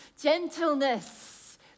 gentleness